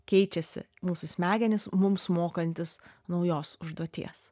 keičiasi mūsų smegenys mums mokantis naujos užduoties